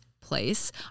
place